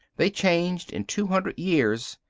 they changed in two hundred years,